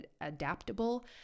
adaptable